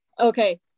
okay